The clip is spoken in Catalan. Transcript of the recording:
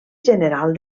general